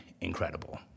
incredible